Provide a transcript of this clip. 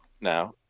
now